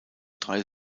drei